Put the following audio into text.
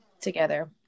together